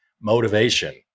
motivation